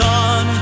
on